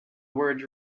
word